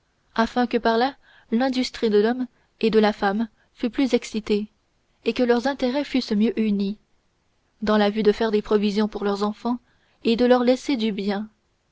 afin que par là l'industrie de l'homme et de la femme fût plus excitée et que leurs intérêts fussent mieux unis dans la vue de faire des provisions pour leurs enfants et de leur laisser du bien